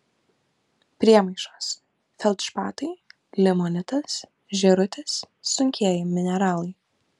priemaišos feldšpatai limonitas žėrutis sunkieji mineralai